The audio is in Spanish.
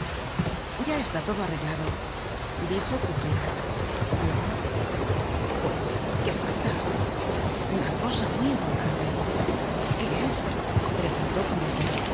ya está todo arreglado dijo courfeyrac no pues qué falta una cosa muy importante qué es preguntó combeferre la